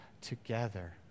together